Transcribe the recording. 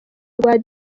rwa